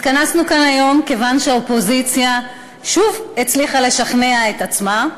התכנסנו כאן היום כיוון שהאופוזיציה שוב הצליחה לשכנע את עצמה,